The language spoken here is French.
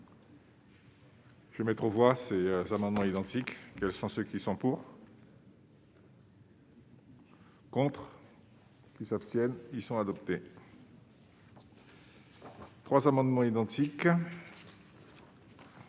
Je vais mettre aux voix, ces amendements identiques, quels sont ceux qui sont pour. Contre qui s'abstiennent, ils sont adoptés. 3 amendements identiques.